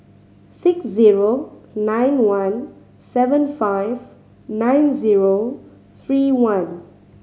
six zero nine one seven five nine zero three one